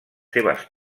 seves